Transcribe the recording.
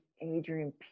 Adrian